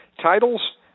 titles